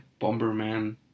Bomberman